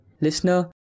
Listener